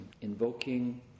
invoking